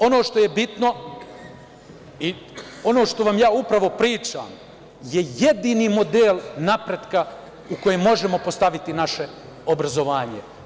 Ono što je bitno i ono što vam ja upravo pričam je jedini model napretka u koji možemo postaviti naše obrazovanje.